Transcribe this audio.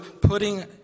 putting